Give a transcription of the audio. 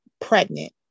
pregnant